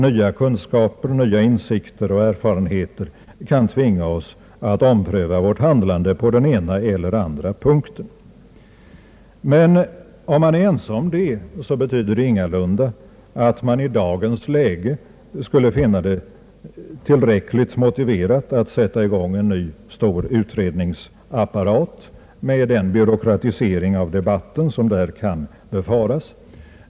Nya kunskaper, nya insikter och erfarenheter kan tvinga oss att ompröva vårt handlande på den ena eller andra punkten. Men är man överens om detta så innebär det ändå inte att man i dagens läge skulle finna det tillräckligt motiverat att sätta i gång en ny stor utredningsapparat med den byråkratisering av debatten som där kan befaras.